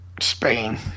Spain